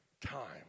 time